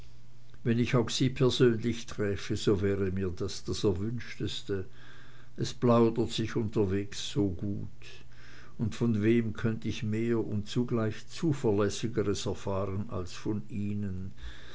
wenn ich auch sie persönlich träfe so wäre mir das das erwünschteste es plaudert sich unterwegs so gut und von wem könnt ich mehr und zugleich zuverlässigeres erfahren als von ihnen